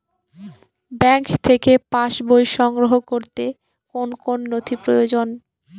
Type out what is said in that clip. Bank থেকে passbook সংগ্রহ করতে কোন কোন নথি প্রয়োজন?